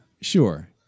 Sure